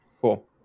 Cool